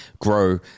grow